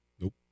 Nope